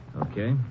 Okay